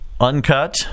uncut